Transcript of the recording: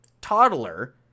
toddler